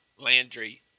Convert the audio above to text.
Landry –